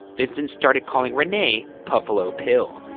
vincent started calling rene puffalo pill,